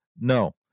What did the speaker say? no